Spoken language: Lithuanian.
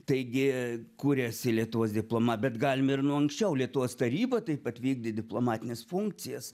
taigi kuriasi lietuvos diploma bet galime ir nuo anksčiau lietuvos taryba taip pat vykdė diplomatines funkcijas